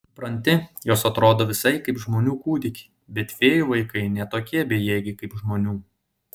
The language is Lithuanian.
supranti jos atrodo visai kaip žmonių kūdikiai bet fėjų vaikai ne tokie bejėgiai kaip žmonių